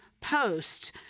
post